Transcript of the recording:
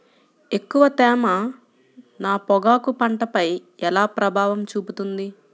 ఎక్కువ తేమ నా పొగాకు పంటపై ఎలా ప్రభావం చూపుతుంది?